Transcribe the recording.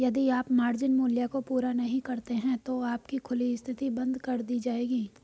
यदि आप मार्जिन मूल्य को पूरा नहीं करते हैं तो आपकी खुली स्थिति बंद कर दी जाएगी